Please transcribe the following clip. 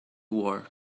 war